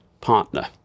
partner